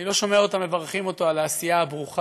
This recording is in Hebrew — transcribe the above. אני לא שומע אותם מברכים אותו על העשייה הברוכה,